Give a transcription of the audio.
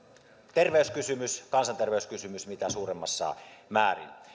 terveyskysymys kansanterveyskysymys mitä suurimmassa määrin